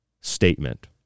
statement